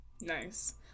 Nice